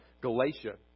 Galatia